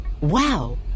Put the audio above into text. Wow